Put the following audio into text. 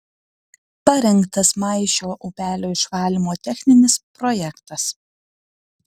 parengtas maišio upelio išvalymo techninis projektas